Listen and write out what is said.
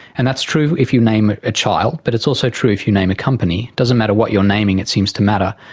and that's true if you name a child, but it's also true if you name a company. it doesn't matter what you're naming, it seems to matter.